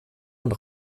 und